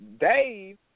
Dave